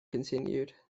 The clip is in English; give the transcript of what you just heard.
continued